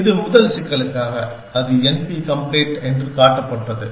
இது முதல் சிக்கலுக்காக அது NP கம்ப்ளீட் என்று காட்டப்பட்டது